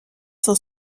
sont